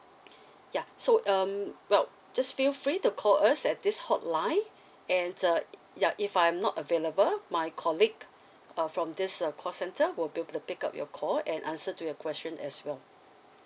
ya so um well just feel free to call us at this hotline and uh ya if I'm not available my colleague uh from this uh call centre will be able to pick up your call and answer to your question as well